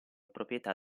proprietà